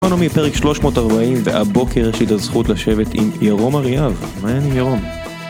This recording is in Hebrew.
גיקונומי פרק 340 והבוקר הייתה לי הזכות לשבת עם ירום אריאב, מה העניינים ירום?